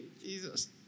Jesus